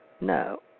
No